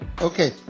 Okay